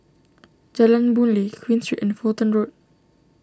Jalan Boon Lay Queen Street and Fulton Road